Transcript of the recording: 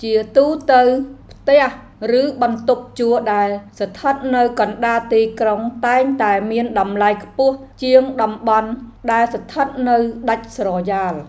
ជាទូទៅ ផ្ទះ ឬបន្ទប់ជួលដែលស្ថិតនៅកណ្តាលទីក្រុងតែងតែមានតម្លៃខ្ពស់ជាងតំបន់ដែលស្ថិតនៅដាច់ស្រយាល។